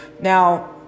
Now